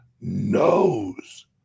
knows